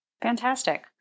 Fantastic